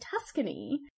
Tuscany